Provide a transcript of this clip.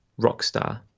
Rockstar